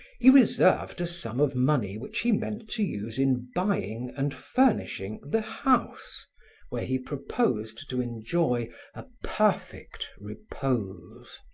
he reserved a sum of money which he meant to use in buying and furnishing the house where he proposed to enjoy a perfect repose.